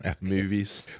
Movies